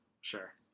Sure